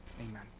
Amen